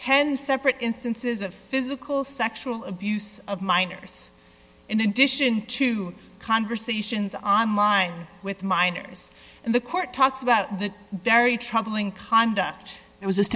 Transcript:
ten separate instances of physical sexual abuse of minors in addition to conversations on line with minors the court talks about the very troubling conduct it was